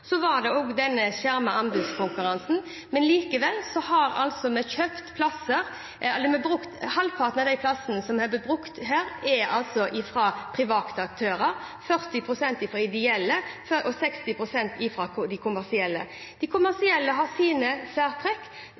anbudskonkurransen, men likevel har vi altså kjøpt omtrent halvparten av de plassene som er blitt brukt her, fra private aktører. Det er 40 pst. fra ideelle og 60 pst. fra de kommersielle. De kommersielle har sine særtrekk,